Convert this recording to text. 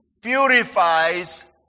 purifies